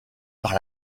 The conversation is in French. par